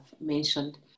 mentioned